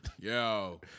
yo